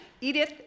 Edith